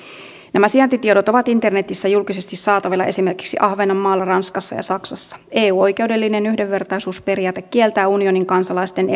nämä sijaintitiedot ovat internetissä julkisesti saatavilla esimerkiksi ahvenanmaalla ranskassa ja saksassa eu oikeudellinen yhdenvertaisuusperiaate kieltää unionin kansalaisten